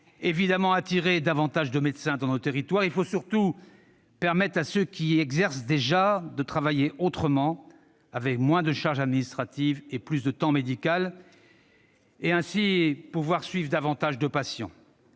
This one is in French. évidemment attirer davantage de médecins dans nos territoires ; il faut surtout permettre à ceux qui y exercent déjà de travailler autrement, avec moins de charges administratives et plus de temps médical, et de pouvoir ainsi suivre davantage de patients.